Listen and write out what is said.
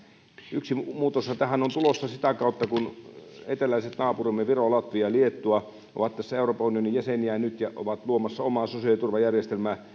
yksi muutoshan tähän on tulossa sitä kautta kun eteläiset naapurimme viro latvia ja liettua jotka ovat euroopan unionin jäseniä nyt ovat luomassa omaa sosiaaliturvajärjestelmäänsä